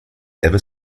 ever